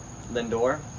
Lindor